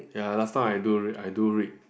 ya last time I do read I do read